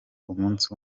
umunsi